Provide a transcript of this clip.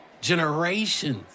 generations